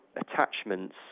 attachments